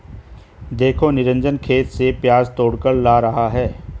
देखो निरंजन खेत से प्याज तोड़कर ला रहा है